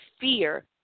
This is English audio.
fear